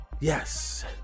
Yes